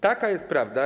Taka jest prawda.